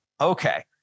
Okay